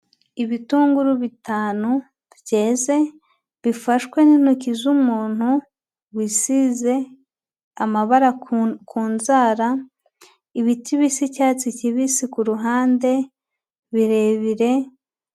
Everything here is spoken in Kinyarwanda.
Ibitunguru bitanu byeze bifashwe n'intoki z'umuntu wisize amabara ku nzara, ibiti bisa icyatsi kibisi ku ruhande birebire...